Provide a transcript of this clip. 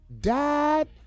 Died